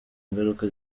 ingaruka